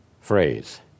phrase